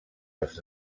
els